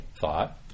thought